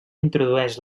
introdueix